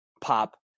pop